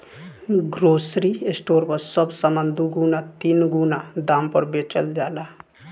grocery store पर सब सामान दुगुना तीन गुना दाम पर बेचल जाला